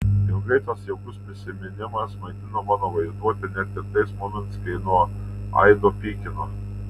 ilgai tas jaukus prisiminimas maitino mano vaizduotę net ir tais momentais kai nuo aido pykino